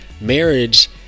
marriage